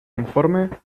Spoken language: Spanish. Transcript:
informe